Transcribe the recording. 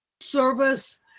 service